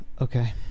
Okay